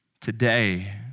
Today